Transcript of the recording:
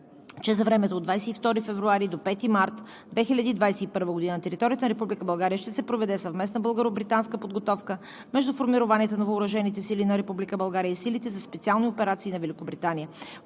че за времето от 22 февруари до 5 март 2021 г. на територията на Република България ще се проведе съвместна българо-британска подготовка между формированията на въоръжените сили на Република България и силите за специални операции на Великобритания.